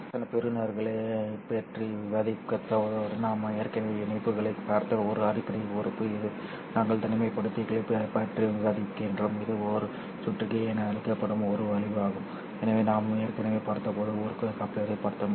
ஒத்திசைவான பெறுநர்களைப் பற்றி விவாதித்தபோது நாம் ஏற்கனவே இணைப்புகளைப் பார்த்த ஒரு அடிப்படை உறுப்பு இது நாங்கள் தனிமைப்படுத்திகளைப் பற்றியும் விவாதிக்கிறோம் இது ஒரு சுற்றறிக்கை என அழைக்கப்படும் ஒரு அழிவு ஆகும் எனவே நாம் ஏற்கனவே பார்த்தபோது ஒரு கப்ளரைப் பார்த்தோம்